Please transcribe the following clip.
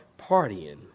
partying